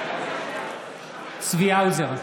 בעד צבי האוזר,